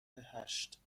هشت